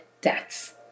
deaths